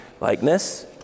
likeness